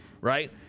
right